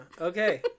Okay